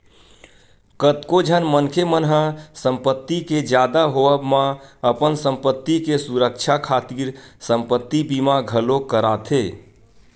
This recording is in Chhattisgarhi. कतको झन मनखे मन ह संपत्ति के जादा होवब म अपन संपत्ति के सुरक्छा खातिर संपत्ति बीमा घलोक कराथे